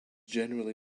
generally